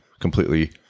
completely